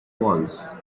balls